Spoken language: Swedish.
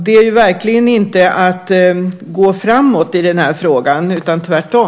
Det är ju verkligen inte att gå framåt i den här frågan utan tvärtom.